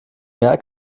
mehr